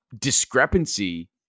discrepancy